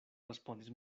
respondis